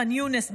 בח'אן יונס,